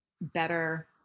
better